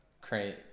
create